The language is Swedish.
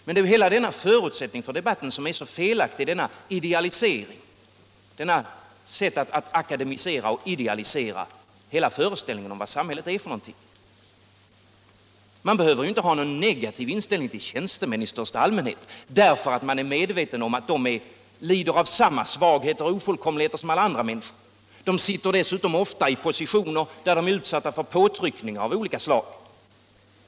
Men det är hela denna förutsättning för debatten, denna idealisering, som är så felaktig — detta sätt att akademisera och idealisera hela föreställningen om vad samhället är för något. Man behöver inte ha någon negativ inställning till tjänstemän i största allmänhet, därför att man är medveten om att de lider av samma svagheter och ofullkomligheter som alla andra människor. De sitter dessutom ofta i positioner där de är utsatta för påtryckningar av olika slag.